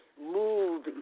Move